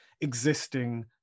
existing